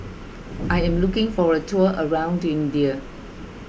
I am looking for a tour around India